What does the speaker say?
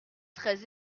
très